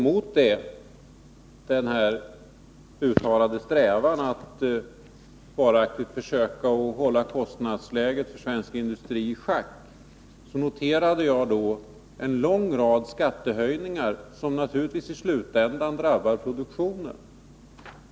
Mot strävan att varaktigt hålla kostnadsläget för svensk industri i schack verkar — noterade jag — en lång rad skattehöjningar, som naturligtvis i slutändan drabbar produktionen.